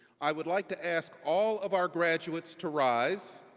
i would like to ask all of our graduates to rise.